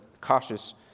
cautious